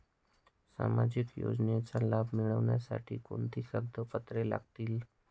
सामाजिक योजनेचा लाभ मिळण्यासाठी कोणती कागदपत्रे लागतील?